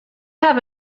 have